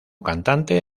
cantante